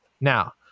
Now